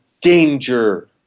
Danger